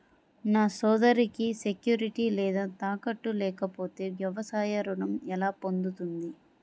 నా సోదరికి సెక్యూరిటీ లేదా తాకట్టు లేకపోతే వ్యవసాయ రుణం ఎలా పొందుతుంది?